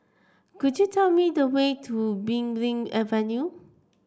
could you tell me the way to Belimbing Avenue